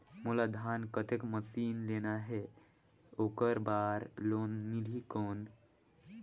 मोला धान कतेक मशीन लेना हे ओकर बार लोन मिलही कौन?